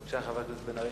בבקשה, חבר הכנסת בן-ארי.